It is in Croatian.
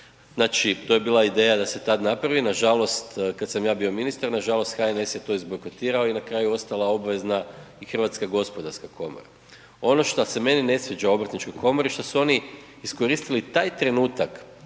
To je bila ideja da se tada napravi, nažalost kada sam ja bio ministar, nažalost HNS je to iz bojkotirao i na kraju je ostala obvezna i HGK. Ono što se meni ne sviđa u Obrtničkoj komori što su oni iskoristili taj trenutak